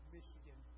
Michigan